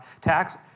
tax